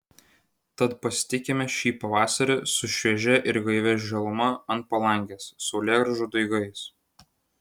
tad pasitikime šį pavasarį su šviežia ir gaivia žaluma ant palangės saulėgrąžų daigais